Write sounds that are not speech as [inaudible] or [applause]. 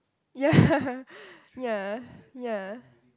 ya [breath] ya ya